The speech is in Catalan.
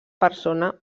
persona